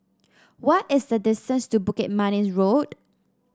what is the distance to Bukit Manis Road